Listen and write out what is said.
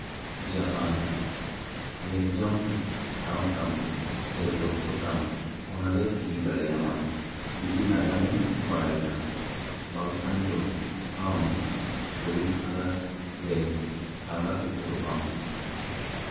ᱡᱟᱦᱟᱸ ᱱᱤᱨᱡᱟᱢ ᱴᱷᱟᱶ ᱛᱟᱢ ᱥᱮ ᱞᱚᱠᱽᱠᱷᱳ ᱛᱟᱢ ᱚᱱᱟᱨᱮ ᱤᱫᱤ ᱫᱟᱲᱮᱭᱟᱢᱟ ᱡᱩᱫᱤ ᱱᱟᱜᱟᱮᱢ ᱵᱟᱲᱟᱭ ᱠᱷᱟᱱ ᱵᱟᱝᱠᱷᱟᱱ ᱫᱚ ᱟᱢ ᱜᱳᱞᱳᱠ ᱫᱷᱟᱸᱫᱟ ᱨᱮ ᱫᱷᱟᱸᱫᱟ ᱩᱛᱟᱹᱨᱚᱜ ᱟᱢ